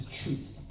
truth